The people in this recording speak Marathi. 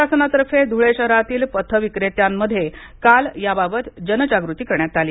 प्रशासनातर्फे धुळे शहरातील पथविक्रेत्यांमध्ये काल याबाबत जनजागृती करण्यात आली